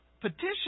petition